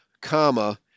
comma